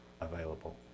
available